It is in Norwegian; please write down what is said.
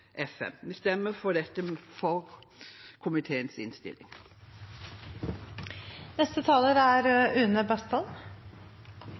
FN». Vi stemmer for komiteens innstilling.